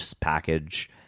package